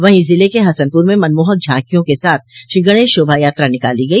वहीं ज़िले के हसनपुर में मनमोहक झांकियों के साथ श्रीगणेश शोभा यात्रा निकाली गई